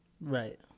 Right